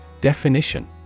Definition